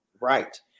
Right